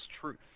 truth